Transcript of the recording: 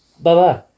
Bye-bye